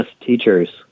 teachers